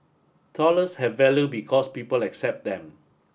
dollars have value because people accept them